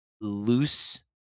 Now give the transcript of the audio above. loose